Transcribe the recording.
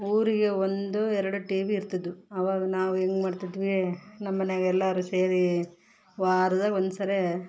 ಊರಿಗೆ ಒಂದು ಎರಡು ಟಿ ವಿ ಇರ್ತಿದ್ವು ಅವಾಗ ನಾವು ಹೆಂಗ್ ಮಾಡ್ತಿದ್ವಿ ನಮ್ಮಮನ್ಯಾಗ್ ಎಲ್ಲರೂ ಸೇರಿ ವಾರದಾಗ್ ಒಂದ್ಸರಿ